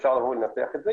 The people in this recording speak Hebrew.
ואפשר לנתח את זה,